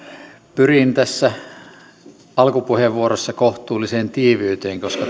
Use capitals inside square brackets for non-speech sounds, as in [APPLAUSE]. pyrin tässä alkupuheenvuorossa kohtuulliseen tiiviyteen koska [UNINTELLIGIBLE]